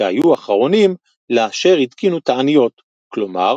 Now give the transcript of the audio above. שהיו אחרונים לאשר התקינו תעניות" - כלומר